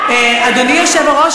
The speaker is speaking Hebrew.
אדוני היושב-ראש,